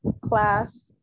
class